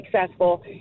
successful